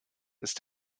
ist